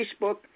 Facebook